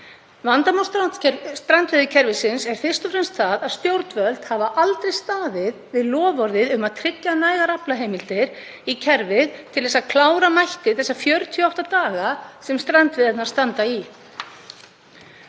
Vandamál strandveiðikerfisins er fyrst og fremst það að stjórnvöld hafa aldrei staðið við loforðið um að tryggja nægar aflaheimildir í kerfið til að klára mætti þessa 48 daga sem strandveiðarnar standa í.